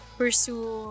pursue